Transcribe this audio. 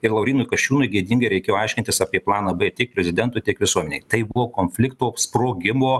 ir laurynui kasčiūnui gėdingai reikėjo aiškintis apie planą b tiek prezidentui tiek visuomenei tai buvo konflikto sprogimo